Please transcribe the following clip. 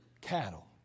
cattle